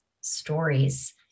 stories